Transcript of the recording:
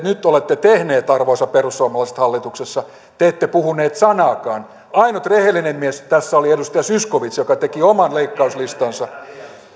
nyt olette tehneet arvoisat perussuomalaiset hallituksessa te te ette puhuneet sanaakaan ainut rehellinen mies tässä oli edustaja zyskowicz joka teki oman leikkauslistansa